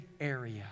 area